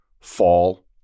fall